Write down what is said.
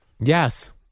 Yes